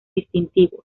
distintivos